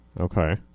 Okay